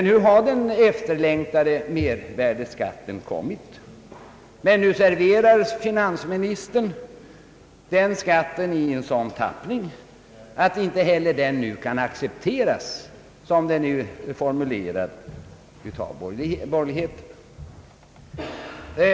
Nu har den efterlängtade mervärdeskatten kommit, men nu serverar finansministern den skatten i en sådan tappning att den inte nu kan accepteras av borgerligheten.